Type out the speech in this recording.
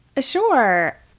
sure